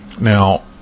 Now